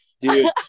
Dude